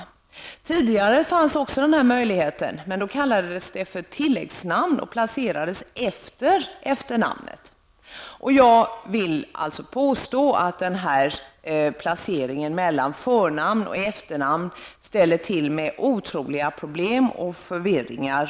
Också tidigare fanns den här möjligheten, men då kallades det för tilläggsnamn och placerades efter efternamnet. Jag vill påstå att den här placeringen mellan förnamn och efternamn ställer till med otroliga problem och förvirringar.